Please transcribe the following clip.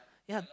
ya